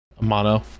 Mono